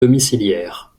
domiciliaires